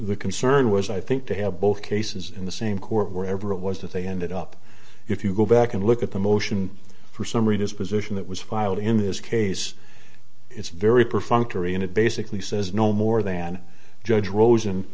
the concern was i think to have both cases in the same court wherever it was that they ended up if you go back and look at the motion for summary disposition that was filed in this case it's very perfunctory and it basically says no more than judge rosen